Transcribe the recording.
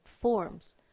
forms